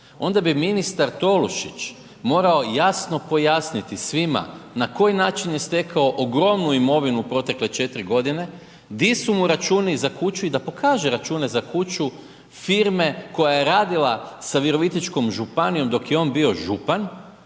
onda bi ministar Tolušić morao jasno pojasniti svima, na koji način je stekao ogromnu imovinu protekle 4 godine, di su mu računi za kuću i da pokaže račune za kuću, firme koja je radila sa Virovitičkom županijom dok je on bio župan,